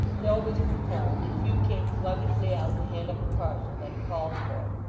joe was from home, and hugh came sluggishly out to hand up the parcel that it called for.